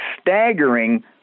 staggering